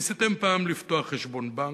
ניסיתם פעם לפתוח חשבון בנק?